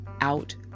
out